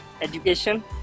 education